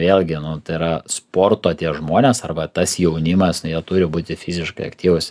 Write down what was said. vėlgi nu tai yra sporto tie žmonės arba tas jaunimas turi būti fiziškai aktyvus